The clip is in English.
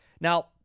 now